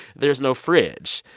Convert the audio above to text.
there's no fridge.